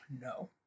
no